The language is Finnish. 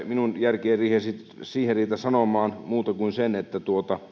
minun järkeni ei riitä sanomaan muuta kuin sen että